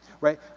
right